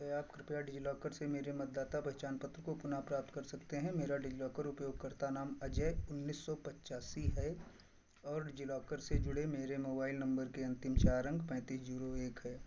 क्या आप कृप्या डिजिलॉकर से मेरे मतदाता पहचान पत्र को पुनः प्राप्त कर सकते हैं मेरा डिजिलॉकर उपयोगकर्ता नाम अजय उन्नीस सौ पच्चासी है और डिजिलॉकर से जुड़े मेरे मोबाइल नंबर के अंतिम चार अंक पैंतीस जीरो एक हैं